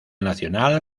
nacional